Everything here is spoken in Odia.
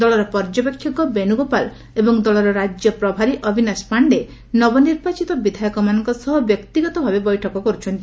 ଦଳର ପର୍ଯ୍ୟବେକ୍ଷକ ବେଣୁଗୋପାଳ ଏବଂ ଦଳର ରାକ୍ୟ ପ୍ରଭାରୀ ଅଭିନାଶ ପାଣ୍ଡେ ନବନିର୍ବାଚିତ ବିଧାୟକମାନଙ୍କ ସହ ବ୍ୟକ୍ତିଗତ ଭାବେ ବୈଠକ କରୁଛନ୍ତି